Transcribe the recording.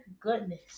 goodness